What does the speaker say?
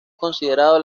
considerado